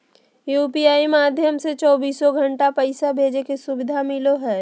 UPI माध्यम से चौबीसो घण्टा पैसा भेजे के सुविधा मिलो हय